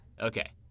Okay